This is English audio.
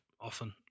often